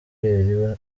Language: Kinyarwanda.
robert